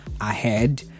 ahead